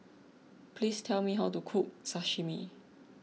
please tell me how to cook Sashimi